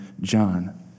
John